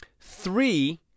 three